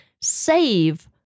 save